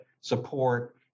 support